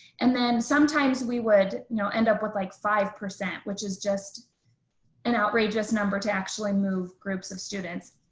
and then sometimes we would you know end up with like five percent. which is just an outrageous number to actually move groups of students.